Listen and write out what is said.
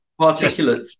particulates